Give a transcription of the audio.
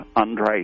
Andrei